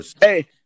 hey